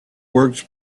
works